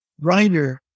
writer